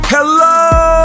Hello